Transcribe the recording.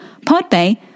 Podbay